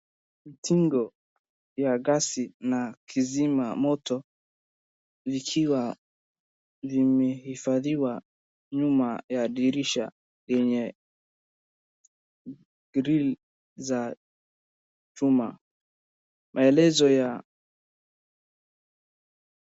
Mitungi ya gasi na kizima moto vikiwa vimehifadhiwa nyuma ya dirisha yenye grill za chuma, maelezo ya.